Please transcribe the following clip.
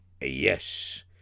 Yes